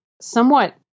somewhat